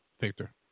Victor